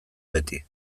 beti